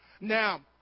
Now